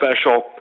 special